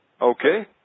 Okay